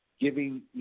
giving